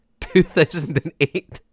2008